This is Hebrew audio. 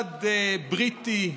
אחד בריטי,